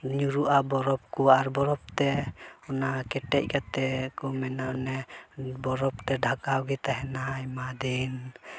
ᱧᱩᱨᱩᱜᱼᱟ ᱵᱚᱨᱚᱯᱷ ᱠᱚ ᱟᱨ ᱵᱚᱨᱚᱯᱷ ᱛᱮ ᱚᱱᱟ ᱠᱮᱴᱮᱡ ᱠᱟᱛᱮᱫ ᱠᱚ ᱢᱮᱱᱟ ᱚᱱᱮ ᱵᱚᱨᱚᱯᱷ ᱛᱮ ᱰᱷᱟᱠᱟᱣ ᱜᱮ ᱛᱟᱦᱮᱱᱟ ᱟᱭᱢᱟ ᱫᱤᱱ